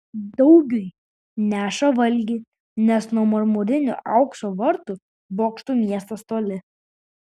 daugiui neša valgį nes nuo marmurinių aukso vartų bokštų miestas toli